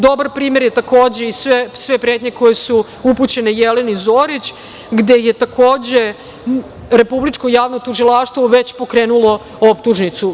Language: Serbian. Dobar primer je takođe, i sve pretnje koje su upućene i Jeleni Zorić, gde je takođe, Republičko javno tužilaštvo već pokrenulo optužnicu.